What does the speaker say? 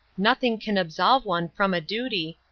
nothing can absolve one from a duty,